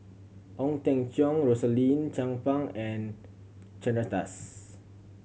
Ong Teng Cheong Rosaline Chan Pang and Chandra Das